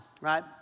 Right